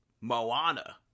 Moana